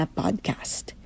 podcast